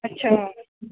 अच्छा